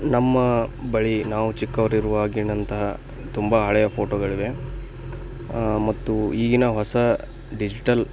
ನಮ್ಮ ಬಳಿ ನಾವು ಚಿಕ್ಕವ್ರಿರುವಾಗಿದ್ದಂತಹ ತುಂಬ ಹಳೆಯ ಫೋಟೋಗಳಿವೆ ಮತ್ತು ಈಗಿನ ಹೊಸ ಡಿಜಿಟಲ್